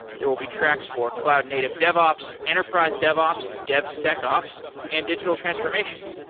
there will be tracks for cloud native devops, enterprise devops, devsecops and digital transformation.